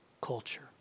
culture